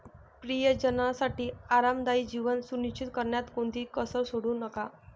प्रियजनांसाठी आरामदायी जीवन सुनिश्चित करण्यात कोणतीही कसर सोडू नका